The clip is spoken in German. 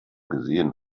gesehen